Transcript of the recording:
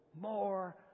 more